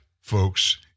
folks